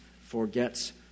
forgets